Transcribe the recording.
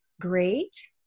great